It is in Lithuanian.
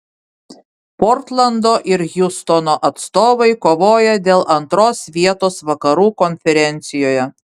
portlando ir hjustono atstovai kovoja dėl antros vietos vakarų konferencijoje